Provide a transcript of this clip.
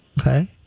Okay